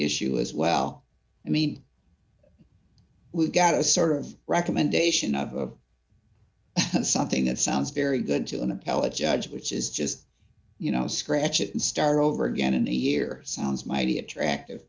issue as well i mean we've got a sort of recommendation of something that sounds very good to an appellate judge which is just you know scratch it and start over again in a year sounds mighty attractive